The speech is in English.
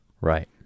Right